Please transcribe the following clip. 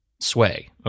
sway